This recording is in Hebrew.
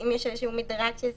אם יש איזשהו מדרג של סיכונים,